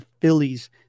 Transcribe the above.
Phillies